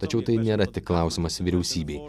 tačiau tai nėra tik klausimas vyriausybei